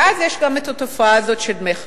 ואז יש גם התופעה הזאת של דמי חסות.